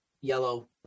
yellow